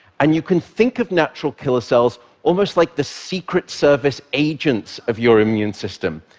and you can think of natural killer cells almost like the secret service agents of your immune system.